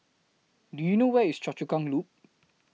Do YOU know Where IS Choa Chu Kang Loop